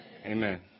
Amen